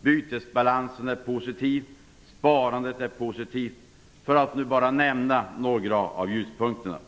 bytesbalansen är positiv, sparandet är positivt - för att bara nämna några av ljuspunkterna.